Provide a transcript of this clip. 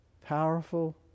powerful